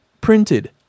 printed